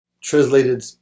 translated